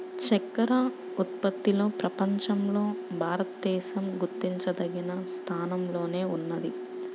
చక్కర ఉత్పత్తిలో ప్రపంచంలో భారతదేశం గుర్తించదగిన స్థానంలోనే ఉన్నది